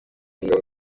ingabo